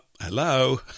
Hello